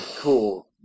cool